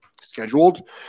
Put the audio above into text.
scheduled